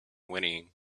whinnying